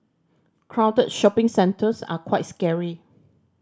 crowded shopping centres are quite scary